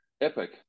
Epic